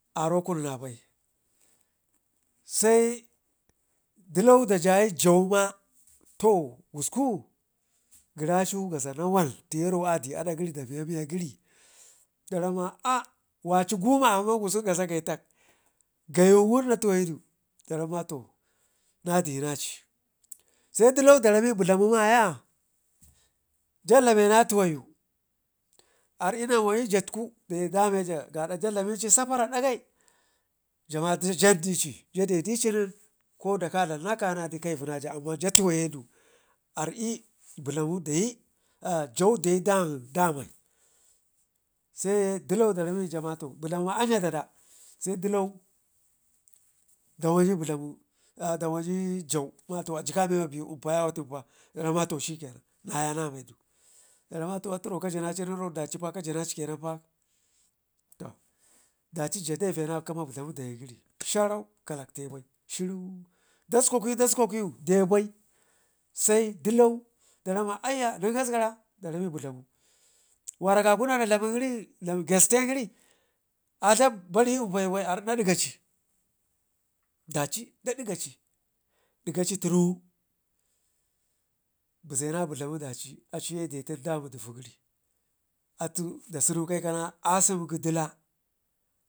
arokun nabai sai dilo da jayaci jauma to gusku gəraya cu da gazhen nawan tiyero adi adak gəri damiya miya gəri daram ma aa waci guma amman gusku da gaghen getak, gayu wun na tuwayedu daramma to nadina sedilo darimi budlamu maya ja dlamena tuwayu, ardina wayə jatku dayi da meja gaada ja dlamici sapara dagai jama jan dici jadedici nen koda kadlam na kanadi kaiuu na ja amman ja tuwayi du ardi budlamu dayi jau dayi damai se dilo darami budlamu ma anya ɗaɗa, se dilau da wayə budlamu da wayə jau ma anya aci kame inpayawa tunpa ma to shikke nan naya na medu matə atiro kajina cin kajinaci kenan pa, to daci ja dabzena gəma budlamu dayən gəri sharau ka lakte bai shiru daskwakuyu daskwakuyu debai sedilau daramma anya nengasgara da rammi budlamu waragagu nana dlamin gəri gasten gəri a dlaɓu ba ri inpayu bai ardi nadgaci daci dakgaci dikgacu tunu beze na budlamu adaci aciye detan dan damu duvu gəri atu dasunu kekana asem kə dila.